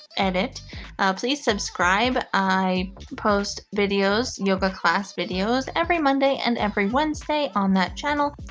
edit please subscribe i post videos yoga class videos every monday and every wednesday on that channel,